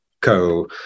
co